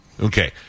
Okay